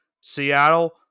Seattle